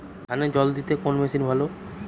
ধানে জল দিতে কোন মেশিন ভালো?